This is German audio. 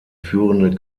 führende